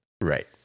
Right